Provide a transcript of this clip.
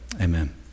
amen